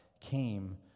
came